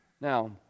Now